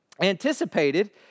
anticipated